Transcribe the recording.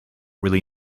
really